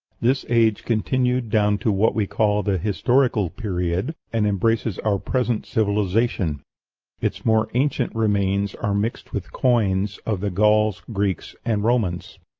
this age continued down to what we call the historical period, and embraces our present civilization its more ancient remains are mixed with coins of the gauls, greeks, and romans.